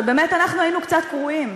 ובאמת אנחנו היינו קצת קרועים,